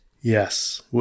Yes